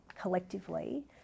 collectively